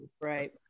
Right